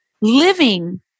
living